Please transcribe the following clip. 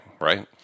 right